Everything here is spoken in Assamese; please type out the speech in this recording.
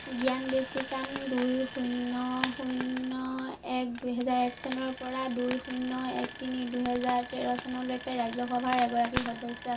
জ্ঞানদেছিকান দুই শূন্য শূন্য এক চনৰপৰা দুই শূন্য এক তিনি দুহেজাৰ তেৰ চনলৈকে ৰাজ্যসভাৰ এগৰাকী সদস্য়া